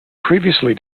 previously